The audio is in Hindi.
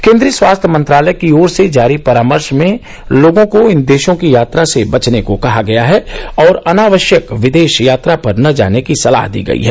केन्द्रीय स्वास्थ्य मंत्रालय की ओर से जारी परामर्श में लोगों को इन देशों की यात्रा से बचने को कहा गया है और अनावश्यक विदेश यात्रा पर न जाने की सलाह दी गई है